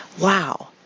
Wow